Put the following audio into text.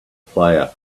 player